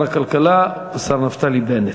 ושר הכלכלה נפתלי בנט.